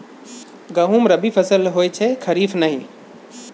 गहुम रबी फसल होए छै खरीफ नहि